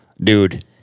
dude